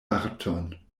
arton